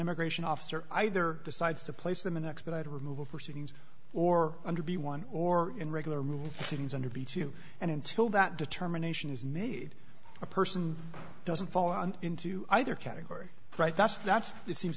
immigration officer either decides to place them in expedited removal proceedings or under be one or in regular move things under b t u and until that determination is made a person doesn't fall into either category right that's that's it seems